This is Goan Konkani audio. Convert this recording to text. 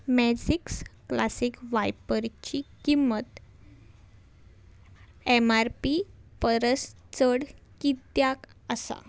मॅजिक्स क्लासीक वायपरची किंमत एम आर पी परस चड कित्याक आसा